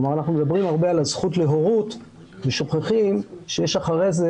כלומר אנחנו מדברים הרבה על הזכות להורות ושוכחים שיש אחרי זה